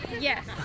Yes